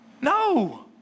No